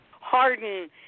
harden